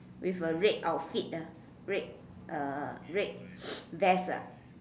with a red outfit ah red uh red vest ah